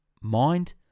Mind